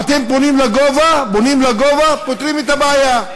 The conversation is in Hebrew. אתם בונים לגובה, פותרים את הבעיה.